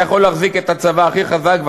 אתה יכול להחזיק את הצבא הכי חזק,